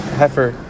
heifer